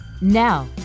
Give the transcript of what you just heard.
Now